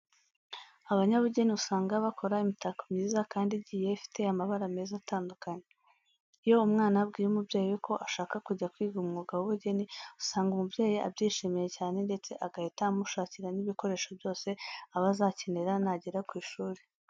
Abanyabugeni usanga bakora imitako myiza kandi igiye ifite amabara meza atandukanye. Iyo umwana abwiye umubyeyi we ko ashaka kujya kwiga umwuga w'ubugeni, usanga umubyeyi abyishimiye cyane ndetse agahita amushakira n'ibikoresho byose aba azakenera nagera ku ishuri.